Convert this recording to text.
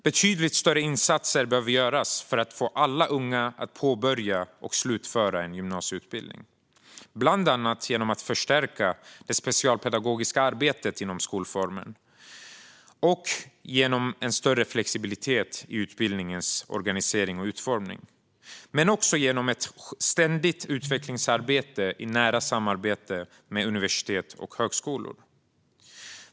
Betydligt större insatser behöver göras för att få alla unga att påbörja och slutföra en gymnasieutbildning. Det kan bland annat ske genom en förstärkning av det specialpedagogiska arbetet inom skolformen, genom en större flexibilitet i utbildningens organisering och utformning men också genom ett ständigt utvecklingsarbete i nära samarbete med universitet och högskolor.